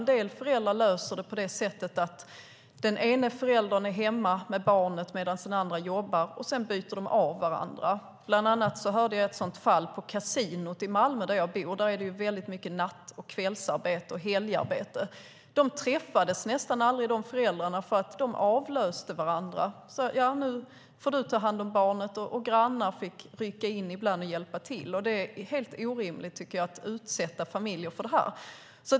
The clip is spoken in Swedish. En del föräldrar löser det på det sättet att den ena föräldern är hemma med barnet medan den andra jobbar. Sedan byter de av varandra. Bland annat hörde jag om ett sådant fall på kasinot i Malmö, där jag bor. Där är det väldigt mycket natt-, kvälls och helgarbete. De föräldrarna träffades nästan aldrig för de avlöste varandra. Nu får du ta hand om barnet! Grannar fick ibland rycka in och hjälpa till. Det är helt orimligt, tycker jag, att utsätta familjer för det.